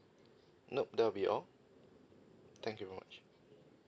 no that will be all thank you very much